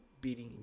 beating